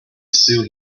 sue